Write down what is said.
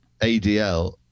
ADL